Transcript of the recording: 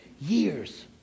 years